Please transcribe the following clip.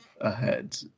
ahead